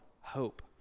hope